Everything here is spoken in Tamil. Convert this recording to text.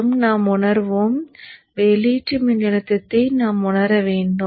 மற்றும் நாம் உணர்வோம் வெளியீட்டு மின்னழுத்தத்தை நாம் உணர வேண்டும்